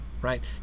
right